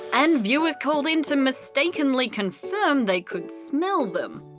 and viewers called in to mistakenly confirm they could smell them.